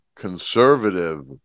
conservative